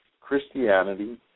Christianity